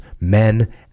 men